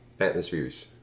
atmospheres